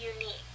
unique